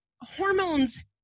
hormones